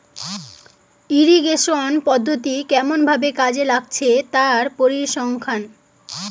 irrigation পদ্ধতি কেমন ভাবে কাজে লাগছে তার পরিসংখ্যান